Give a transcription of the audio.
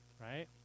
right